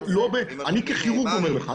אני ככירורג אומר לך.